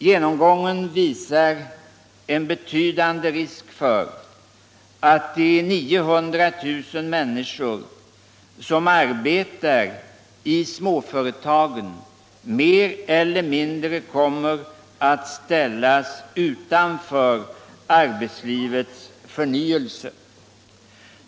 Genomgången visar en betydande risk för att de 900 000 människor som arbetar i småföretagen mer eller mindre kommer att ställas utanför arbetslivets förnyelse.